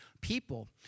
people